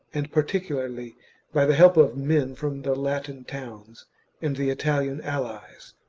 and particularly by the help of men from the latin towns and the italian allies.